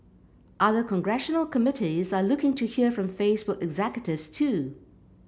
other congressional committees are looking to hear from Facebook executives too